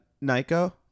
Nico